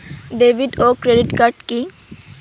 David ও credit card কি?